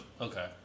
Okay